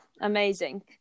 Amazing